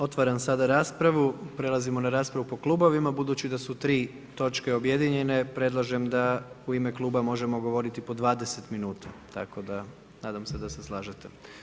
Otvaram sada raspravu, prelazimo na raspravu po klubovima, budući da su 3 točke objedinjene, predlažem da u ime kluba možemo govoriti po 20 min, tako da, nadam se da se slažete.